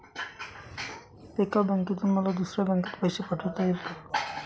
एका बँकेतून मला दुसऱ्या बँकेत पैसे पाठवता येतील का?